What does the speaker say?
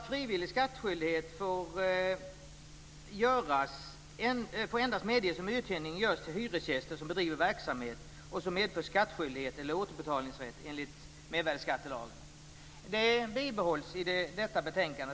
Frivillig skattskyldighet får medges endast om uthyrningen görs till hyresgäster som bedriver verksamhet som medför skattskyldighet eller återbetalningsrätt enligt mervärdesskattelagen. Det bibehålls i detta betänkande.